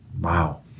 wow